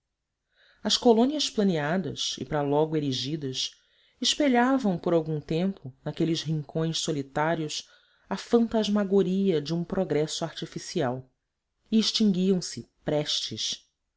as colônias planeadas e para logo erigidas espelhavam por algum tempo naqueles rincões solitários a fantasmagoria de um progresso artificial e extinguiam se prestes